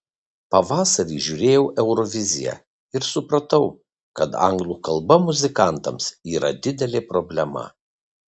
pavasarį žiūrėjau euroviziją ir supratau kad anglų kalba muzikantams yra didelė problema